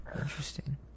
interesting